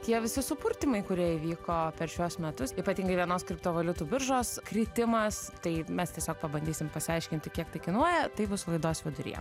tie visi supurtymai kurie įvyko per šiuos metus ypatingai vienos kriptovaliutų biržos kritimas tai mes tiesiog pabandysim pasiaiškinti kiek tai kainuoja tai bus laidos viduryje